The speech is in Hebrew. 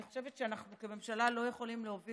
אני חושבת שאנחנו כממשלה לא יכולים להוביל